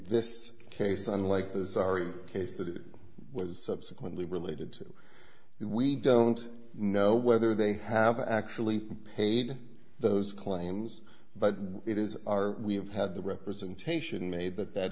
this case unlike the sorry case that was subsequently related to it we don't know whether they have actually paid those claims but it is our we have had the representation made that that